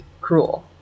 cruel